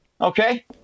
okay